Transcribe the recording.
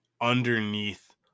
underneath